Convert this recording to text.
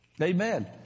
Amen